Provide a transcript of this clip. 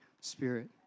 Spirit